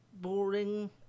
boring